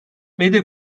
medya